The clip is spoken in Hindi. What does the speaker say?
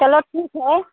चलो ठीक है